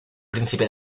príncipe